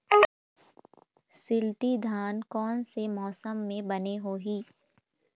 शिल्टी धान कोन से मौसम मे बने होही?